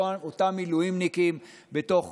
אותם מילואימניקים בתוך